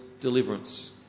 deliverance